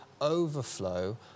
overflow